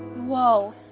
whoa,